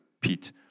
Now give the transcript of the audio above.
Pete